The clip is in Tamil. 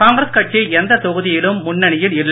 காங்கிரஸ் கட்சி எந்த தொகுதியிலும் முன்னணியில் இல்லை